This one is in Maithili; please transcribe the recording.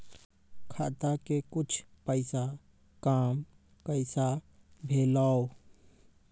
खाता के कुछ पैसा काम कैसा भेलौ?